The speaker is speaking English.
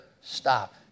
stop